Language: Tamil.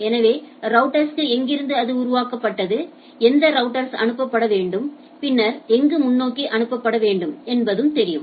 எனவே ரௌட்டர்ஸ்க்கு எங்கிருந்து அது உருவாக்கப்பட்டது எந்த ரௌட்டர்ஸ் அனுப்பப்பட வேண்டும் பின்னர் எங்கு முன்னோக்கி அனுப்பப்பட வேண்டும் என்பது தெரியும்